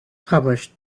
published